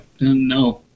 No